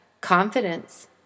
Confidence